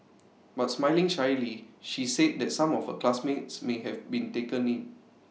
but smiling shyly she said that some of her classmates may have been taken in